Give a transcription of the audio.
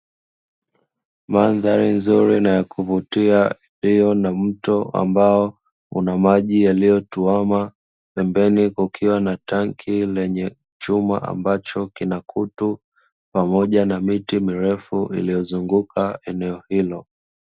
Mandhari nzuri na ya kuvutia iliyo na mto ambao una maji yaliyotuama pembeni. Kukiwa na tanki lenye chuma ambacho kina kutu pamoja na miti mirefu iliyozunguka eneo hilo.